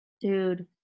dude